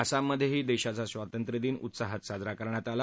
आसामध्येही देशाचा स्वातंत्र्यदिन उत्साहानं साजरा करण्यात आला